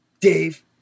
Dave